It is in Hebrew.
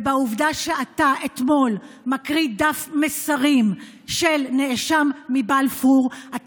ובעובדה שאתה אתמול מקריא דף מסרים של נאשם מבלפור אתה